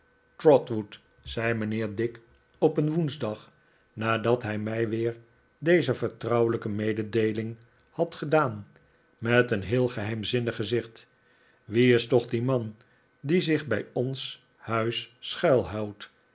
trotwood zei mijnheer dick op een woensdag nadat hij mij weer deze vertrouwelijke mededeeling had gedaan met een heel geheimzinnig gezicht wie is toch die man die zich bij ons huis schuilhoudt